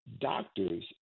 Doctors